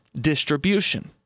distribution